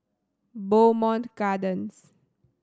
Bowmont Gardens